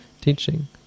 teaching